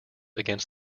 against